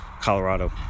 Colorado